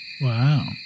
Wow